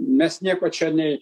mes nieko čia nei